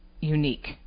unique